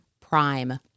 Prime